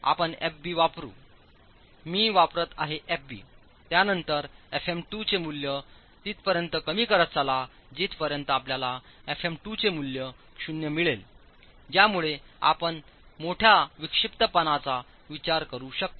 त्यामुळे आपण Fb वापरू मी वापरत आहे Fb त्यानंतर fm2 चे मूल्य तिथपर्यंत कमी करत चला जिथपर्यंत आपल्याला fm2 चे मूल्य शून्य मिळेल ज्यामुळे आपण मोठ्या विक्षिप्तपणा चा विचार करू शकतो